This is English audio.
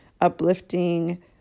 uplifting